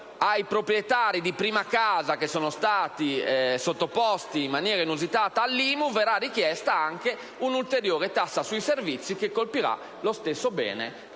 ai proprietari di prima casa, che sono stati sottoposti in maniera inusitata all'IMU, verrà richiesta anche un'ulteriore tassa sui servizi che colpirà lo stesso bene